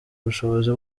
ubushobozi